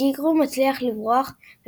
פטיגרו מצליח לברוח,